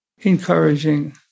encouraging